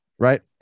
Right